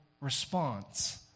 response